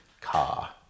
car